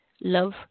love